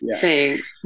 thanks